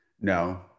No